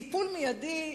טיפול מיידי,